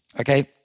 Okay